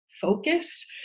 focused